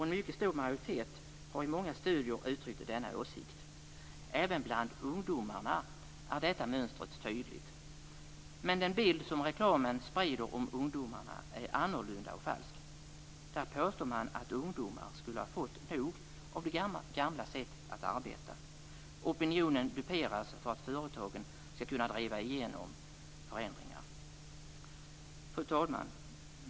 En mycket stor majoritet har i många studier uttryckt denna åsikt. Även bland ungdomarna är detta mönster tydligt. Men den bild som reklamen sprider av ungdomar är annorlunda och falsk. Där påstår man att ungdomar skulle ha fått nog av det gamla sättet att arbeta. Opinionen duperas för att företagen skall kunna driva igenom förändringar. Fru talman!